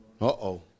Uh-oh